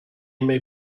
may